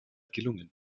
gelungen